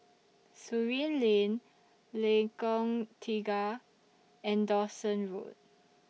Surin Lane Lengkong Tiga and Dawson Road